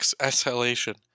exhalation